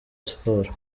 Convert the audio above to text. siporo